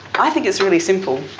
i think it's really simple.